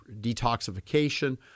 detoxification